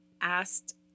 asked